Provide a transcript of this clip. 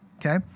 Okay